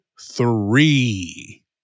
three